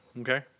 okay